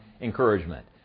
encouragement